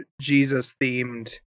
Jesus-themed